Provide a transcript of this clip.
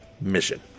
mission